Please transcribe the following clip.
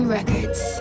Records